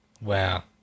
Wow